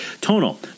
Tonal